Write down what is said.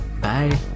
bye